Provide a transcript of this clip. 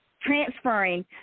transferring